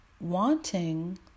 wanting